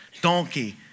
Donkey